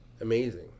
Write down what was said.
amazing